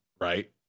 right